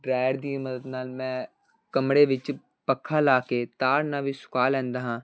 dryer ਦੀ ਮਦਦ ਨਾਲ ਮੈਂ ਕਮਰੇ ਵਿੱਚ ਪੱਖਾ ਲਾ ਕੇ ਤਾਰ ਨਾਲ ਵੀ ਸੁਕਾ ਲੈਂਦਾ ਹਾਂ